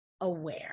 aware